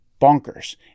bonkers